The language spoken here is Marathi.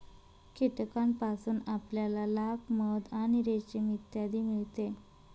कीटकांपासून आपल्याला लाख, मध आणि रेशीम इत्यादी मिळते